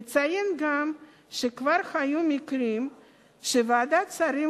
אציין גם שכבר היו מקרים שוועדת השרים